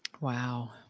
wow